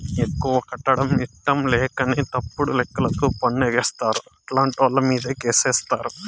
ఎక్కువ కట్టడం ఇట్టంలేకనే తప్పుడు లెక్కలతో పన్ను ఎగేస్తారు, అట్టాంటోళ్ళమీదే కేసేత్తారు